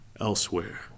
elsewhere